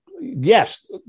Yes